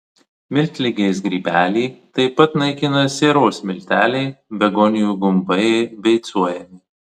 miltligės grybelį taip pat naikina sieros milteliai begonijų gumbai beicuojami